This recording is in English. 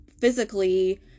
physically